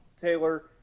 Taylor